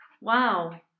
wow